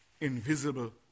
invisible